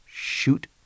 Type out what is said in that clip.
shoot